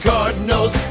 Cardinals